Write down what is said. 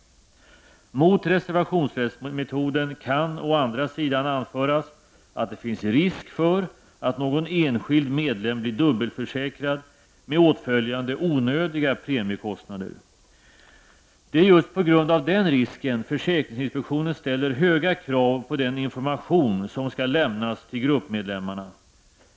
Mot reservationsrättsmetoden kan å andra sidan anföras att det finns risk för att någon enskild medlem blir dubbelförsäkrad, med åtföljande onödiga premiekostnader. Det är just på grund av den risken försäkringsinspektionen ställer höga krav på den information som skall lämnas till gruppmedlemmarna.